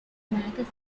magazine